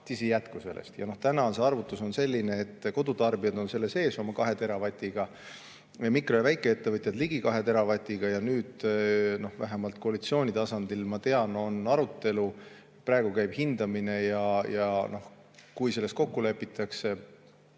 ei jätku sellest. Täna on arvutus selline, et kodutarbijad on selle sees oma kahe teravatiga, mikro‑ ja väikeettevõtjad ligi kahe teravatiga. Nüüd vähemalt koalitsiooni tasandil, ma tean, on arutelu, praegu käib hindamine ja kui selles kokku lepitakse